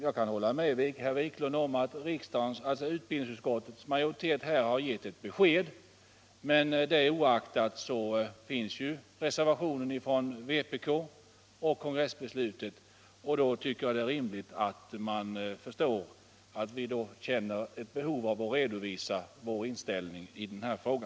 Jag kan hålla med herr Wiklund om att utbildningsutskottets majoritet här har givit ett besked i motsau riktning, men det oaktat finns ju reservation från vpk och kongressbeslutet. Då tycker jag det är rimligt att man förstår att vi känner ett behov av att visa vår inställning till denna fråga.